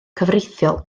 cyfreithiol